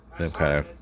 Okay